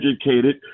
educated